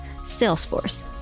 Salesforce